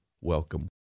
welcome